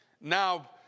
Now